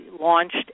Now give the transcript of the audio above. launched